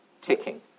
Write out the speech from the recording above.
ticking